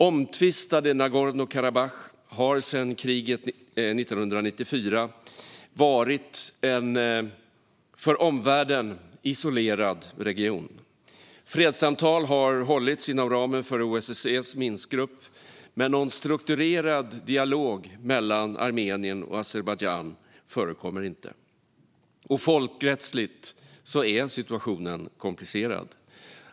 Omtvistade Nagorno-Karabach har sedan kriget 1994 varit en från omvärlden isolerad region. Fredssamtal har hållits inom ramen för OSSE:s Minskgrupp, men någon strukturerad dialog mellan Armenien och Azerbajdzjan förekommer inte. Folkrättsligt är situationen komplicerad.